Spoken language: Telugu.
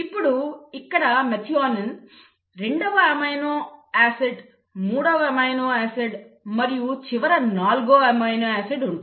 ఇప్పుడు ఇక్కడ మెథియోనిన్ రెండవ అమైనో ఆసిడ్ మూడవ అమైనో ఆసిడ్ మరియు చివరి నాల్గవ అమైనో ఆసిడ్ ఉంటాయి